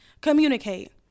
Communicate